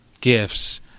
gifts